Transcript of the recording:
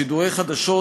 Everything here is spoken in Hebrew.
שידורי חדשות